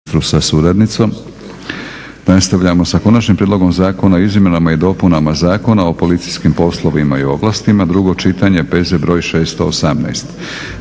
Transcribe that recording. Milorad (HNS)** Nastavljamo sa - Konačni prijedlog zakona o izmjenama i dopunama Zakona o policijskim poslovima i ovlastima, drugo čitanje, P.Z.E. br. 618